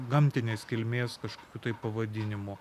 gamtinės kilmės kažkokių tai pavadinimų